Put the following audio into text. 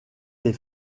des